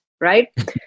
right